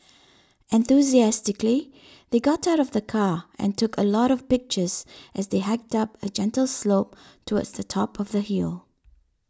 enthusiastically they got out of the car and took a lot of pictures as they hiked up a gentle slope towards the top of the hill